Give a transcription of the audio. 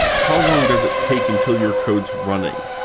how long does it take until your code is running?